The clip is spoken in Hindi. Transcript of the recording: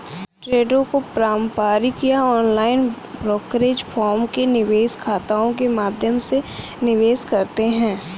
ट्रेडों को पारंपरिक या ऑनलाइन ब्रोकरेज फर्मों के निवेश खातों के माध्यम से निवेश करते है